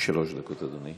שלוש דקות, אדוני.